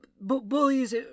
bullies